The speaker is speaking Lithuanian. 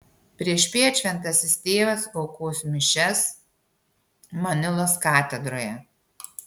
priešpiet šventasis tėvas aukos mišias manilos katedroje